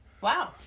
Wow